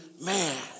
man